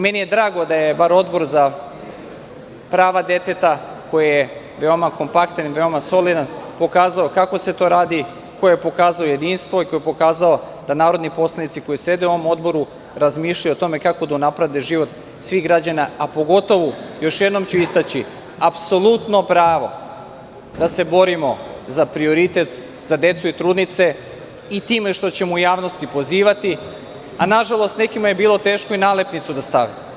Meni je drago da je bar Odbor za prava deteta, koji je veoma kompaktan i veoma solidan, pokazao kako se to radi, pokazao jedinstvo, pokazao da narodni poslanici koji sede u ovom odboru razmišljaju o tome kako da unaprede život svih građana, a pogotovu, još jednom ću istaći, apsolutno pravo da se borimo za prioritet, za decu i trudnice, i time što ćemo u javnosti pozivati, a nažalost, nekima je bilo teško i nalepnicu da stave.